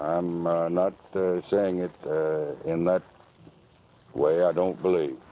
i'm not saying it in that way. i don't believe.